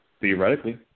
theoretically